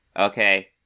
okay